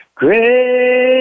great